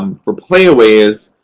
um for playaways,